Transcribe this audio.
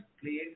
played